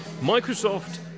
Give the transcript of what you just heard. Microsoft